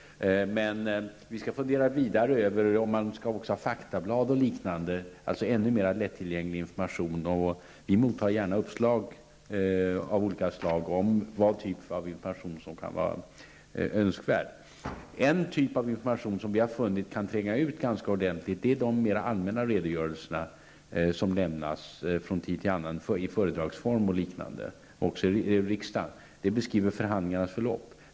Men vi skall fundera vidare över om man också skall ge ut faktablad och liknande, alltså ännu mer lättillgänglig information. Och vi mottar gärna olika uppslag om vilken typ av information som kan vara önskvärd. En typ av information som vi har funnit kan tränga ut ganska ordentligt är de mer allmänna redogörelser som lämnas från tid till annan i föredragsform och liknande, även i riksdagen. De beskriver förhandlingarnas förlopp.